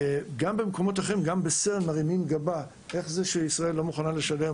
גם ב-SERN מרימים גבה איך זה שישראל לא מוכנה לשלם,